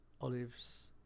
olives